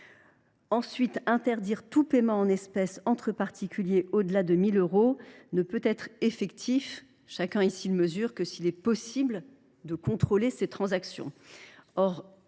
Ensuite, interdire tout paiement en espèces entre particuliers au delà de 1 000 euros ne peut être effectif que s’il est possible de contrôler ces transactions.